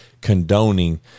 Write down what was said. condoning